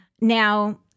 Now